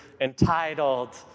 entitled